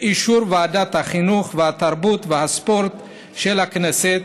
באישור ועדת החינוך, התרבות והספורט של הכנסת,